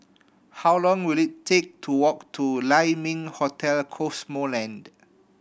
how long will it take to walk to Lai Ming Hotel Cosmoland